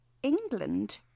England